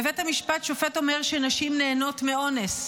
בבית המשפט שופט אומר שנשים נהנות מאונס.